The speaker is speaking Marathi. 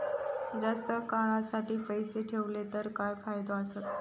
जास्त काळासाठी पैसे ठेवले तर काय फायदे आसत?